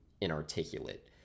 inarticulate